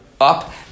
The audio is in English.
up